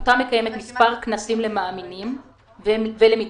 העמותה מקיימת מספר כנסים למאמינים ולמתעניינים,